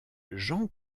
jean